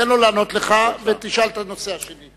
תן לו לענות לך, ותשאל בנושא השני.